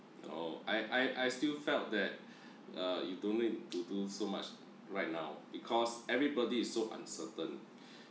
orh I I I still felt that uh you don't need to do so much right now because everybody is so uncertain